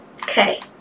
Okay